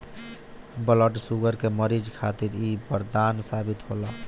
blood sugar के मरीज खातिर इ बरदान साबित होला